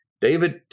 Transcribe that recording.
David